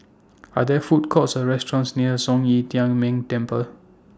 Are There Food Courts Or restaurants near Zhong Yi Tian Ming Temple